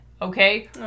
Okay